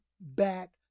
back